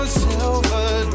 silver